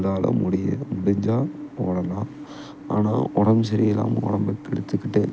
அவங்களால் முடிய முடிஞ்சால் ஓடலாம் ஆனால் உடம்பு சரியில்லாமல் உடம்பை கெடுத்துக்கிட்டு